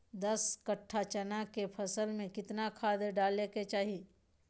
दस कट्ठा चना के फसल में कितना खाद डालें के चाहि?